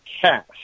cash